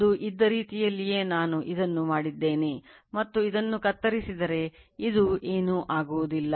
ಅದು ಇದ್ದ ರೀತಿಯಲ್ಲಿಯೇ ನಾನು ಇದನ್ನು ಮಾಡಿದ್ದೇನೆ ಮತ್ತು ಇದನ್ನು ಕತ್ತರಿಸಿದರೆ ಇದು ಏನೂ ಆಗುವುದಿಲ್ಲ